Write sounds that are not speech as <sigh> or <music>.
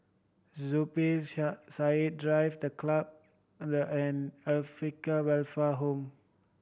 Zubir <unintelligible> Said Drive The Club and an Acacia Welfare Home